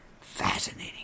fascinating